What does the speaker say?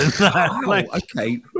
Okay